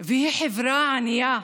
והיא חברה ענייה.